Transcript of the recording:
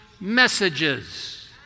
messages